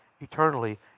eternally